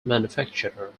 manufacturer